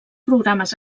programes